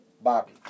Bobby